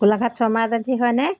Golaghat Sharma agency হয়নে